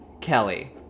Kelly